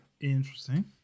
Interesting